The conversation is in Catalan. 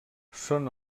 són